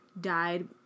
died